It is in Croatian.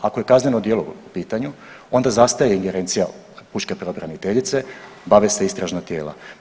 Ako je kazneno djelo u pitanju onda zastaje ingerencija pučke pravobraniteljice, bave se istražna tijela.